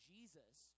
Jesus